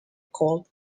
called